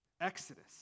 exodus